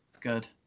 good